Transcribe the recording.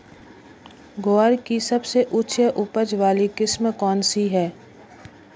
ग्वार की सबसे उच्च उपज वाली किस्म कौनसी है?